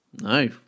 No